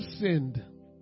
sinned